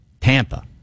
Tampa